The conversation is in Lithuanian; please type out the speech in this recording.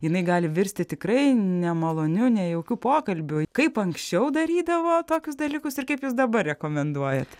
jinai gali virsti tikrai nemaloniu nejaukiu pokalbiu kaip anksčiau darydavo tokius dalykus ir kaip jūs dabar rekomenduojat